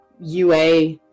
UA